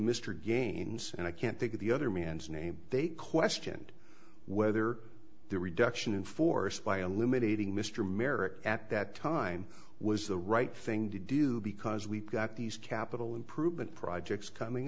mr gaines and i can't think of the other man's name they questioned whether the reduction in force by unlimited ing mr america at that time was the right thing to do because we've got these capital improvement projects coming